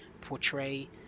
portray